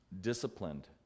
disciplined